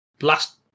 last